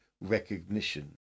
recognition